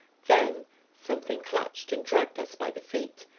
then something clutched and dragged us by the feet,